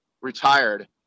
retired